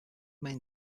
main